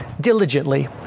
diligently